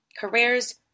careers